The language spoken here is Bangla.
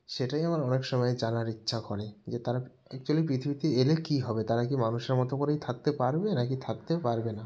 সেটাই আমার অনেক সময় জানার ইচ্ছা করে যে তারা অ্যাকচুয়ালি পৃথিবীতে এলে কী হবে তারা কি মানুষের মতো করেই থাকতে পারবে নাকি থাকতে পারবে না